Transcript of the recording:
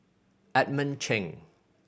Edmund Cheng